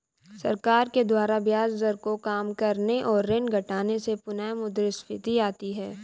सरकार के द्वारा ब्याज दर को काम करने और ऋण घटाने से पुनःमुद्रस्फीति आती है